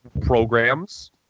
programs